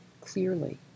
clearly